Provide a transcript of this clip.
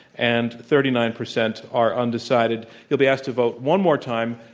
and thirty nine percent are undecided. you'll be asked to vote one more time,